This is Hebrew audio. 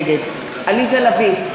נגד עליזה לביא,